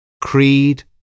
creed